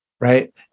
Right